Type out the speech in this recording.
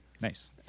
nice